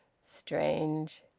strange!